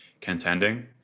contending